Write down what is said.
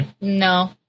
No